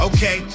Okay